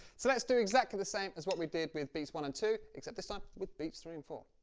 so let's do exactly the same as what we did with beats one and two, except this time with beats three and four.